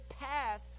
path